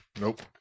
nope